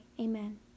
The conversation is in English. Amen